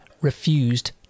refused